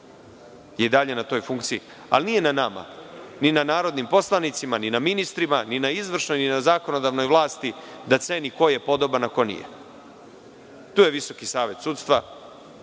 je i dalje na toj funkciji? Ali nije na nama, ni na narodnim poslanicima, ni na ministrima, ni na izvršnoj, ni na zakonodavnoj vlasti da ceni ko je podoban, a ko nije. Tu je Visoki savet sudstva,